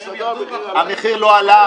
שום דבר לא קורה.